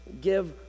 Give